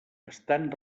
estan